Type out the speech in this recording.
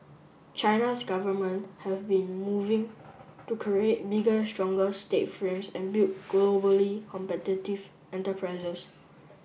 China's government have been moving to create bigger stronger state frames and build globally competitive enterprises